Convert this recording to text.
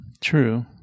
True